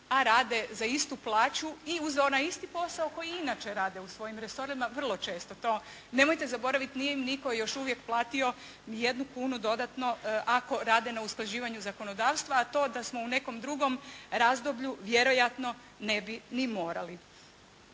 a rade uz istu plaću i uz onaj isti posao koji inače rade u svojim resorima vrlo često to, nemojte zaboraviti nije im nitko još uvijek platio ni jednu kunu dodatno ako rade na usklađivanju zakonodavstva, a to da smo u nekom drugom razdoblju vjerojatno ne bi ni morali.